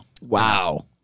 Wow